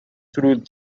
through